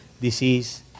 disease